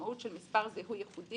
שהמשמעות של מספר זיהוי ייחודי,